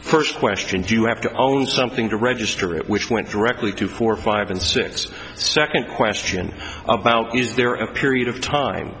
first question do you have to own something to register it which went directly to four five and six second question is there a period of time